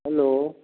hello